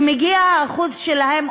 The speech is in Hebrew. שהאחוז שלהן,